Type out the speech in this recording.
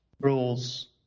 rules